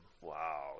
Wow